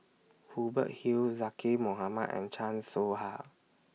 Hubert Hill Zaqy Mohamad and Chan Soh Ha